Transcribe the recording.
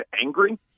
angry